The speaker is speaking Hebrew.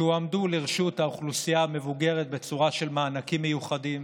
הועמדו לרשות האוכלוסייה המבוגרת בצורה של מענקים מיוחדים,